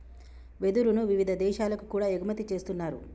వెదురును వివిధ దేశాలకు కూడా ఎగుమతి చేస్తున్నారు